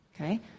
Okay